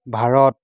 Bharat